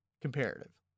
Comparative